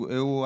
eu